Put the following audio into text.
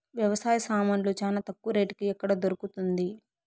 వ్యవసాయ సామాన్లు చానా తక్కువ రేటుకి ఎక్కడ దొరుకుతుంది?